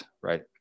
right